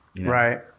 Right